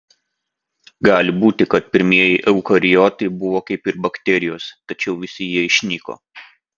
gali būti kad pirmieji eukariotai buvo kaip ir bakterijos tačiau visi jie išnyko